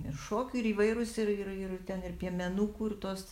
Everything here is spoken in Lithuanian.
ir šokių ir įvairūs ir ir ir ten ir piemenukų ir tos